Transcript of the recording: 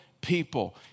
people